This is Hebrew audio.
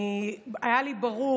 היה לי ברור,